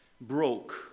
broke